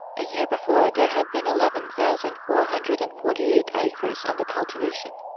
a year before there had been eleven thousand four hundred and forty eight acres under cultivation.